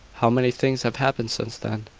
how many things have happened since then!